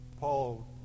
Paul